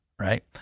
right